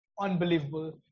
unbelievable